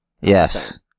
Yes